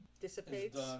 dissipates